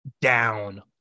down